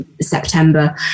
September